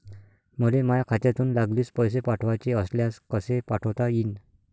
मले माह्या खात्यातून लागलीच पैसे पाठवाचे असल्यास कसे पाठोता यीन?